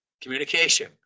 communication